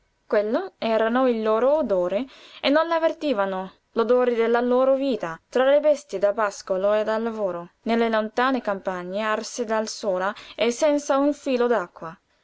quello era il loro odore e non l'avvertivano l'odore della loro vita tra le bestie da pascolo e da lavoro nelle lontane campagne arse dal sole e senza un filo